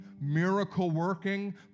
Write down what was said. miracle-working